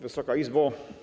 Wysoka Izbo!